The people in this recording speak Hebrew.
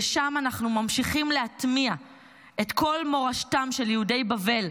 ושם אנחנו ממשיכים להטמיע בחינוך את כל מורשתם של יהודי בבל.